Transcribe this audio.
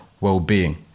well-being